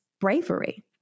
bravery